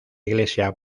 iglesia